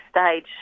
stage